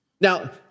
Now